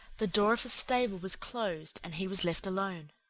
the door of the stable was closed and he was left alone.